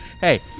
Hey